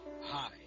Hi